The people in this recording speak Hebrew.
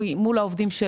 מול העובדים,